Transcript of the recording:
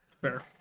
Fair